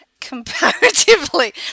comparatively